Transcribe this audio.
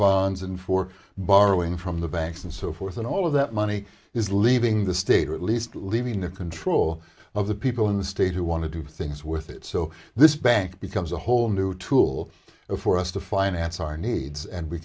bonds and for borrowing from the banks and so forth and all of that money is leaving the state or at least leaving the control of the people in the state who want to do things with it so this bank becomes a whole new tool for us to finance our needs and we